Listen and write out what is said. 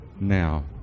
now